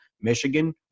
Michigan